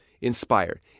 Inspire